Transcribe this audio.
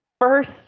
first